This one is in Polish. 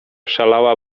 szalała